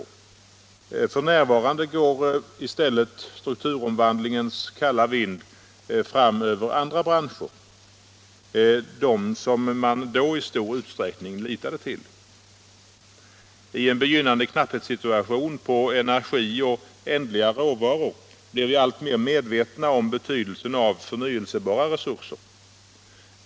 F. n. går i stället strukturomvandlingens kalla vind fram över andra branscher, som man då i stor utsträckning litade till. I en situation med begynnande knapphet på energi och ändliga råvaror blir vi alltmer medvetna om betydelsen av förnyelsebara resurser.